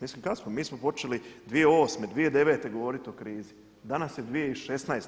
Mislim kad smo, mi smo počeli 2008., 2009. govoriti o krizi, danas je 2016.